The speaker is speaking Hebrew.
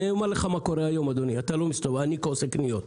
אדוני, אני עושה קניות,